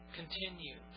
continue